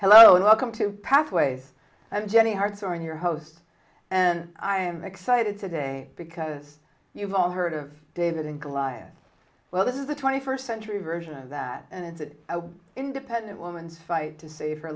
welcome to pathways i'm jenny hartshorn your host and i am excited today because you've all heard of david and goliath well this is the twenty first century version of that and it's an independent woman's fight to sa